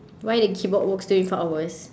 why the keyboard works twenty four hours